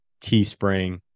Teespring